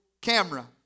camera